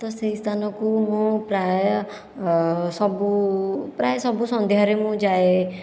ତ ସେହି ସ୍ଥାନକୁ ମୁଁ ପ୍ରାୟ ସବୁ ପ୍ରାୟ ସବୁ ସନ୍ଧ୍ୟାରେ ମୁଁ ଯାଏ